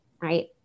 right